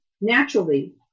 naturally